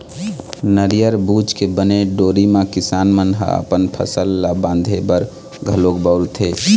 नरियर बूच के बने डोरी म किसान मन ह अपन फसल ल बांधे बर घलोक बउरथे